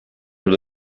out